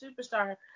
superstar